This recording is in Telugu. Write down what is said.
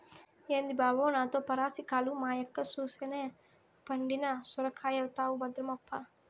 ఏంది బావో నాతో పరాసికాలు, మా యక్క సూసెనా పండిన సొరకాయైతవు భద్రమప్పా